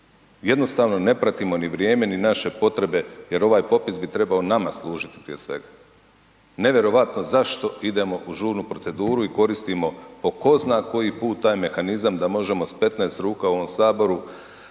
Jednostavno ne pratimo ni vrijeme ni naše potrebe jer ovaj popis bi trebao nama služiti prije svega. Nevjerovatno zašto idemo u žurnu proceduru i koristimo po zna koji put taj mehanizam da možemo s 15 ruka o ovom Saboru